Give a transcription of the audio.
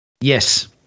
yes